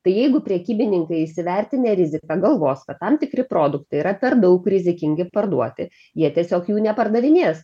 tai jeigu prekybininkai įsivertinę riziką galvos kad tam tikri produktai yra per daug rizikingi parduoti jie tiesiog jų nepardavinės